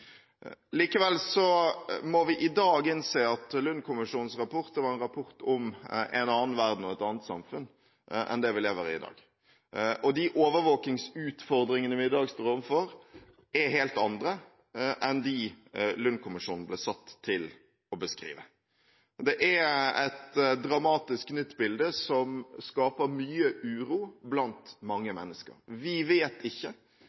Likevel må vi i dag innse at Lund-kommisjonens rapport var en rapport om en annen verden og et annet samfunn enn det vi lever i i dag. De overvåkingsutfordringene vi i dag står overfor, er helt andre enn de som Lund-kommisjonen ble satt til å beskrive. Det er et dramatisk nytt bilde som skaper mye uro blant mange mennesker. Vi vet ikke